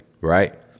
right